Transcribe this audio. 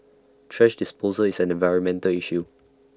thrash disposal is an environmental issue